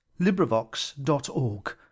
Librivox.org